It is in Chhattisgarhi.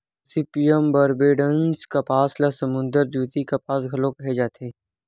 गोसिपीयम बारबेडॅन्स कपास ल समुद्दर द्वितीय कपास घलो केहे जाथे